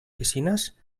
piscines